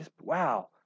wow